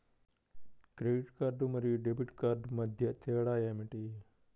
Credit card మరియు debit card మధ్య తేడా ఏమిటి?